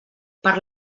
per